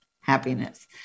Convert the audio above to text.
happiness